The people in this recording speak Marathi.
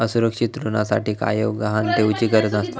असुरक्षित ऋणासाठी कायव गहाण ठेउचि गरज नसता